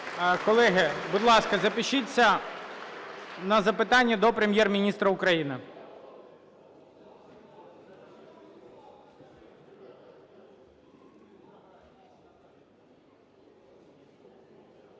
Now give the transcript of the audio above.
Колеги, будь ласка, запишіться на запитання до Прем'єр-міністра України.